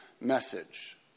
message